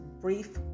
brief